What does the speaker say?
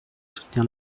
soutenir